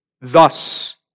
Thus